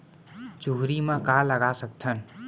चुहरी म का लगा सकथन?